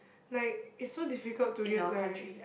like it's so difficult to get married